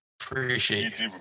appreciate